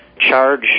charge